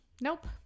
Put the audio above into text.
nope